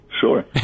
Sure